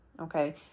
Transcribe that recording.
Okay